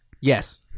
Yes